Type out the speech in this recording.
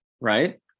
right